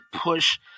push